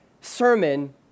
sermon